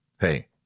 hey